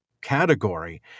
category